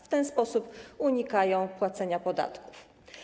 W ten sposób unikają płacenia podatków.